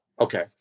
okay